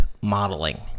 modeling